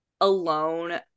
alone